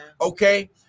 Okay